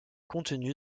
contenue